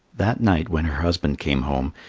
that night when her husband came home,